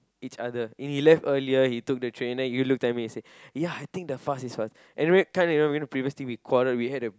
each other and he left earlier he took the train and then he look at me and say ya I think the bus is faster anyway can't remember you know the previous thing we quarreled we